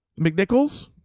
McNichols